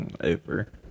Over